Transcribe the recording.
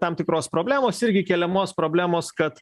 tam tikros problemos irgi keliamos problemos kad